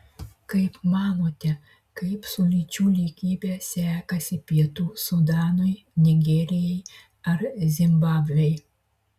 kaip manote kaip su lyčių lygybe sekasi pietų sudanui nigerijai ar zimbabvei